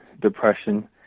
depression